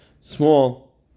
small